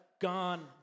gone